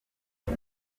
uyu